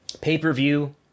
Pay-per-view